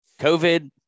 COVID